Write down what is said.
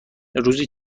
روزی